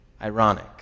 Ironic